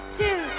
two